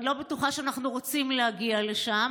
אני לא בטוחה שאנחנו רוצים להגיע לשם,